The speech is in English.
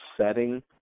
setting